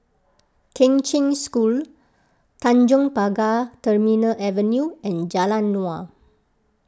Kheng Cheng School Tanjong Pagar Terminal Avenue and Jalan Naung